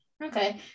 Okay